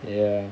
ya